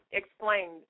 explain